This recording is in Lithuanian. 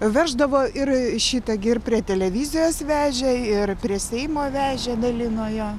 veždavo ir šita gi ir prie televizijos vežė ir prie seimo vežė dalino jo